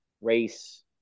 race